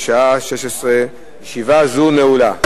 בשעה 16:00. ישיבה זו נעולה.